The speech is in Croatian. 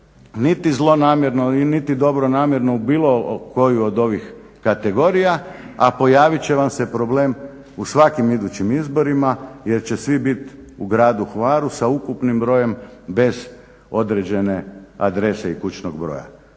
niti zlonamjerno niti dobronamjerno u bilo koju od ovih kategorija, a pojavit će vam se problem u svakim idućim izborima jer će svi biti u gradu Hvaru sa ukupnim brojem bez određene adrese i kućnog broja.